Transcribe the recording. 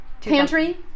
pantry